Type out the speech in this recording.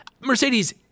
Mercedes